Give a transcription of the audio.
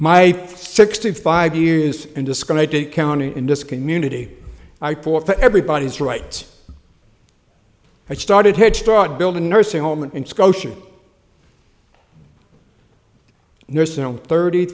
my sixty five years and disconnected county in this community i fought for everybody's rights i started head start building nursing home and scotia nursing home thirty